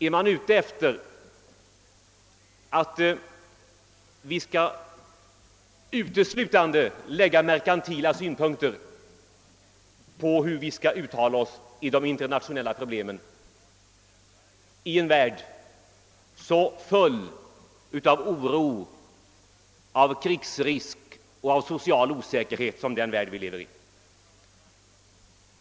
Är man ute efter att vi uteslutande skall lägga merkantila synpunkter på hur vi skall uttala oss i fråga om de internationella problemen i en värld så full av oro, av krigsrisk och av social osäkerhet som den värld vi lever i?